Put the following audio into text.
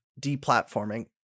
deplatforming